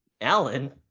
Alan